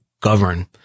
govern